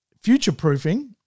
future-proofing